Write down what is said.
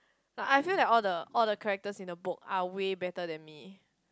no I feel like that all the all the characters in the book are way better than me